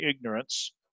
ignorance